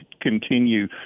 continue